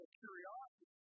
curiosity